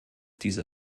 diese